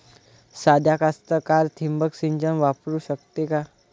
सादा कास्तकार ठिंबक सिंचन वापरू शकते का?